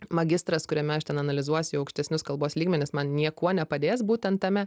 magistras kuriame aš ten analizuosiu į aukštesnius kalbos lygmenis man niekuo nepadės būtent tame